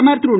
பிரதமர் திரு